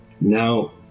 Now